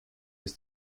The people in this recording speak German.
ist